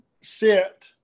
sit –